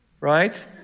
right